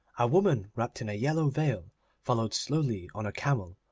a woman wrapped in a yellow veil followed slowly on a camel,